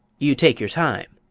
you take your time,